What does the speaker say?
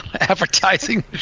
advertising